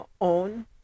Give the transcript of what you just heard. own